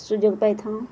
ସୁଯୋଗ ପାଇ ଥାଉଁ